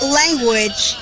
language